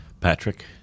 Patrick